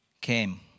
came